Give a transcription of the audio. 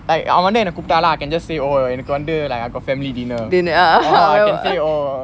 அவ வந்து என்ன கூப்பட்டானா:ava vanthu enna kuptaanaa I can just say oh எனக்கு வந்து:enakku vanthu like I got family dinner oh or I can say oh